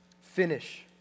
finish